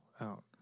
out